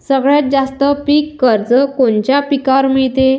सगळ्यात जास्त पीक कर्ज कोनच्या पिकावर मिळते?